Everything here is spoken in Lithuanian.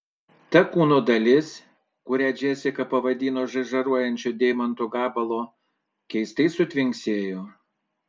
ta kūno dalis kurią džesika pavadino žaižaruojančiu deimanto gabalu keistai sutvinksėjo